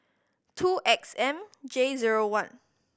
two X M J zero one